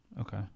Okay